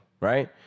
Right